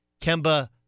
Kemba